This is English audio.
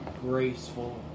graceful